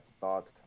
thought